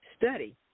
study